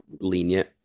lenient